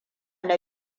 na